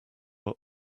are